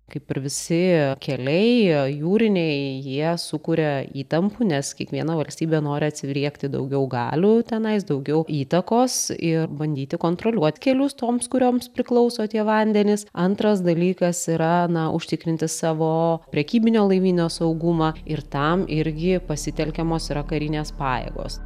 kaip ir visi keliai jūriniai jie sukuria įtampų nes kiekviena valstybė nori atsiriekti daugiau galių tenais daugiau įtakos ir bandyti kontroliuot kelius toms kurioms priklauso tie vandenys antras dalykas yra na užtikrinti savo prekybinio laivyno saugumą ir tam irgi pasitelkiamos yra karinės pajėgos